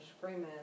screaming